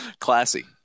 Classy